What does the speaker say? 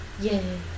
Yay